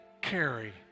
carry